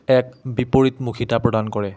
এক বিপৰীত মুখিতা প্ৰদান কৰে